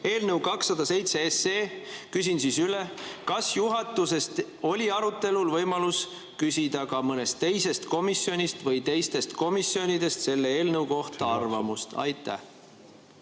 eelnõu, 207 SE. Küsin üle, kas juhatuses oli arutelul võimalus küsida ka mõnest teisest komisjonist või teistest komisjonidest selle eelnõu kohta arvamust. Jah,